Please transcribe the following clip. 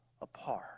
apart